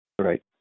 right